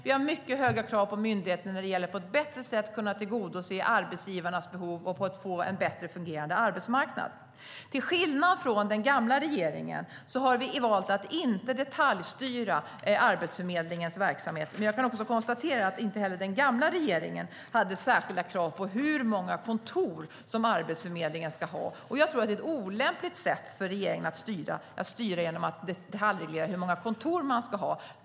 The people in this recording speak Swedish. Vi har mycket höga krav på myndigheten när det gäller att man på ett bättre sätt ska kunna tillgodose arbetsgivarnas behov av att få en bättre fungerande arbetsmarknad. Till skillnad från den gamla regeringen har vi valt att inte detaljstyra Arbetsförmedlingens verksamhet. Men jag kan också konstatera att inte heller den gamla regeringen hade särskilda krav på hur många kontor som Arbetsförmedlingen ska ha. Jag tror att det är ett olämpligt sätt för regeringen att styra genom att detaljreglera hur många kontor som Arbetsförmedlingen ska ha.